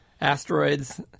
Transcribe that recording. asteroids